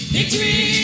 Victory